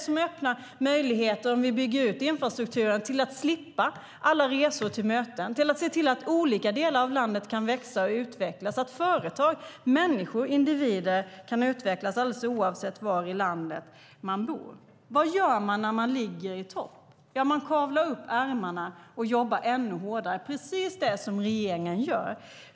Om vi bygger ut infrastrukturen öppnar det möjligheter till att slippa resor till möten, till att olika delar av landet kan växa och utvecklas, till att företag och individer kan utvecklas alldeles oavsett var i landet de finns. Vad gör man när man ligger i topp? Jo, man kavlar upp ärmarna och jobbar ännu hårdare, precis som regeringen gör.